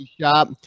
shop